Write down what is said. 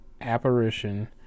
apparition